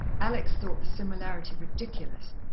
alex thought the similarity ridiculous,